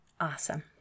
Awesome